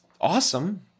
awesome